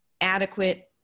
adequate